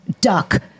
Duck